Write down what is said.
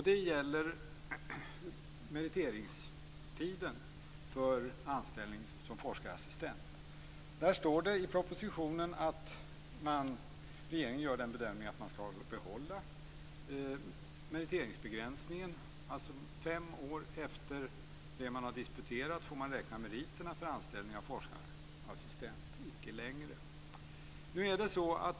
Det gäller meriteringstiden för anställningen som forskarassistent. Det står i propositionen att regeringen gör bedömningen att meriteringsbegränsningen skall behållas, dvs. fem år efter det att man har disputerat får man räkna meriterna för anställning av forskarassistent, icke längre.